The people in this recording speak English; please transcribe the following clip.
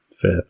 Fifth